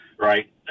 right